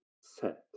set